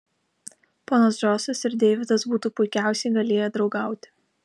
ponas džoisas ir deividas būtų puikiausiai galėję draugauti